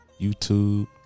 YouTube